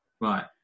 right